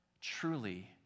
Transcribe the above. Truly